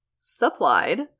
supplied